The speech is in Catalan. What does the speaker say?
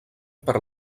per